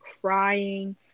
crying